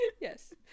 Yes